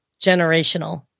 generational